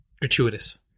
gratuitous